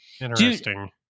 Interesting